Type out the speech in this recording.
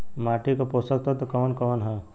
माटी क पोषक तत्व कवन कवन ह?